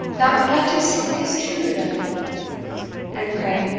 that romantic story is true, then and pray,